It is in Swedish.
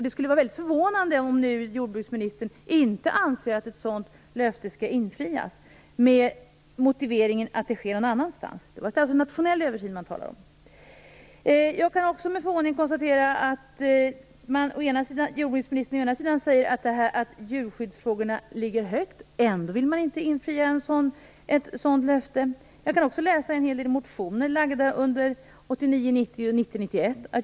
Det skulle vara mycket förvånande om jordbruksministern nu anser att ett sådant löfte inte skall infrias, med motiveringen att en översyn sker någon annanstans. Det var en nationell översyn som det talades om. Jag kan också med förvåning konstatera att jordbruksministern å ena sidan säger att djurskyddsfrågorna har hög prioritet, å andra sidan ändå inte vill infria ett sådant löfte. Jag kan också läsa en hel del om detta i motioner väckta 1989 91.